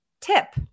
tip